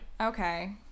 Okay